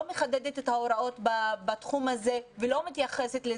מחדדת את ההוראות בתחום הזה ולא מתייחסת.